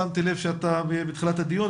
שמתי לב שאתה איתנו מתחילת הדיון,